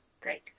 Great